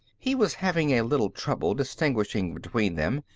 he was having a little trouble distinguishing between them,